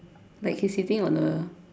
like he's sitting on a